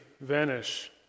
vanish